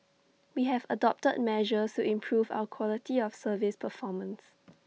we have adopted measures to improve our quality of service performance